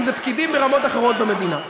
אם פקידים ברמות אחרות במדינה.